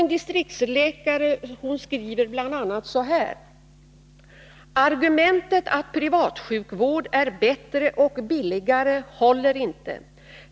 En distriktsläkare skriver bl.a. så här: ”Argumentet att privatsjukvården är bättre och billigare håller inte.